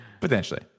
potentially